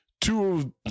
Two